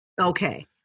Okay